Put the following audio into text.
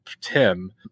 tim